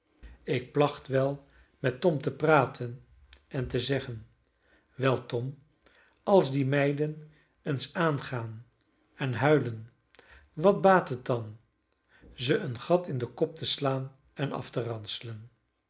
ik placht wel met tom te praten en te zeggen wel tom als die meiden eens aangaan en huilen wat baat het dan ze een gat in den kop te slaan en af te